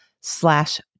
slash